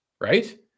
Right